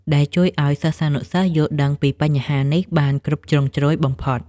ដែលជួយឱ្យសិស្សានុសិស្សយល់ដឹងពីបញ្ហានេះបានគ្រប់ជ្រុងជ្រោយបំផុត។